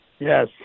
Yes